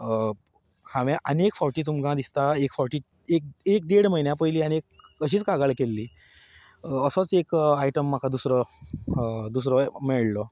हांवें आनी एक फावटी तुमकां दिसता एक फावटी एक एक देड म्हयन्या पयलीं आनी एक अशीच कागाळ केल्ली असोच एक आयटम म्हाका दुसरो दुसरो मेळिळ्ळो